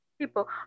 people